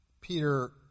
Peter